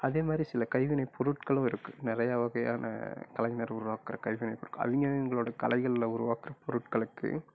அதேமாரி சில கைவினை பொருட்களும் இருக்குது நிறையா வகையான கலைஞர் உருவாக்கிற கைவினை பொருட்கள் அவங்கவிங்களோட கலைகளில் உருவாக்கிற பொருட்களுக்கு